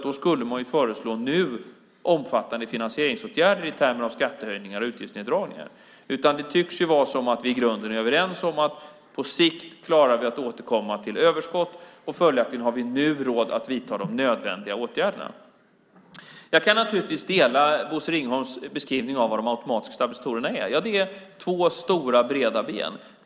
Då skulle man nu föreslå omfattande finansieringsåtgärder: skattehöjningar och utgiftsneddragningar. Det tycks vara så att vi i grunden är överens om att vi på sikt klarar att återkomma till överskott. Följaktligen har vi nu råd att vidta de nödvändiga åtgärderna. Jag kan naturligtvis dela Bosse Ringholms beskrivning av vad de automatiska stabilisatorerna är. Det är två stora breda ben.